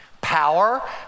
Power